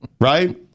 right